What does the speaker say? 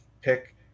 pick